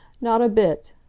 not a bit!